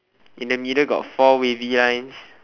in the middle got four wavy lines